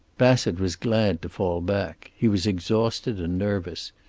bassett was glad to fall back. he was exhausted and nervous.